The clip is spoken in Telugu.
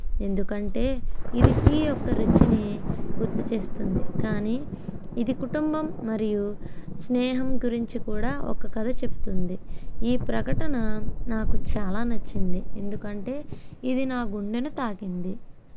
ఇది టీ యొక్క రుచిని గుర్తు చేస్తుంది కానీ ఇది కుటుంబం మరియు స్నేహం గురించి కూడా ఒక కథ చెబుతుంది ఈ ప్రకటన నాకు చాలా నచ్చింది ఎందుకంటే ఇది నా గుండెను తాకింది